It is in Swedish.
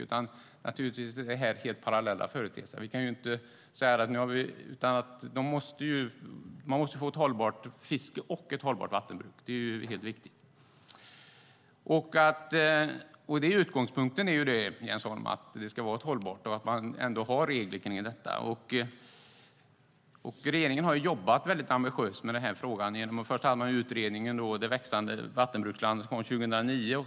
Det är naturligtvis helt parallella företeelser - vi måste få ett hållbart fiske och ett hållbart vattenbruk. Det är helt riktigt. Utgångspunkten är att det ska vara hållbart och att det finns regler kring detta. Regeringen har jobbat mycket ambitiöst med denna fråga. Först var det utredningen Det växande vattenbrukslandet , som kom 2009.